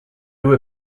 were